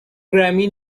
grammy